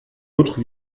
autre